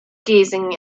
gazing